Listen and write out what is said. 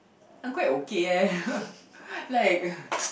I'm quite okay eh like